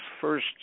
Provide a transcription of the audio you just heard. first